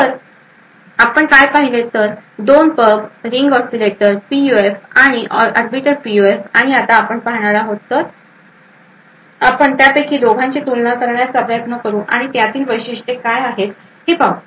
तर आपण काय पाहिले आहे तर 2 पब रिंग ऑसीलेटर पीयूएफ आणि आर्बिटर पीयूएफ आणि आता आपण पाहणार आहोत तर आपण त्यापैकी दोघांची तुलना करण्याचा प्रयत्न करू आणि त्यातील वैशिष्ट्ये काय आहेत हे पाहू